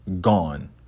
gone